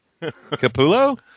capullo